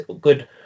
good